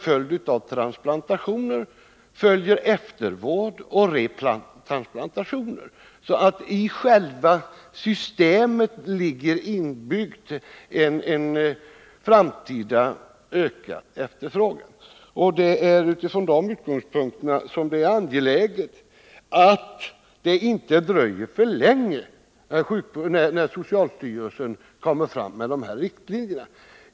Med transplantationer följer eftervård och retransplantationer, vilket betyder att en ökad framtida efterfrågan är inbyggd i själva systemet. Det är från de utgångspunkterna angeläget att socialstyrelsen inte dröjer för länge med att utge riktlinjer på området.